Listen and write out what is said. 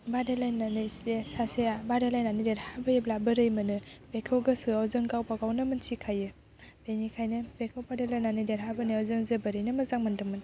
बादायलायनायनानै से सासेया बादायलायनानै देरहाबोयोब्ला बोरै मोनो बेखौ गोसोआव जों गावबा गावनो मोनथिखायो बेनिखायनो बेखौ बादायलायनानै देरहाबोनायाव जों जोबोरैनो मोजां मोन्दोंमोन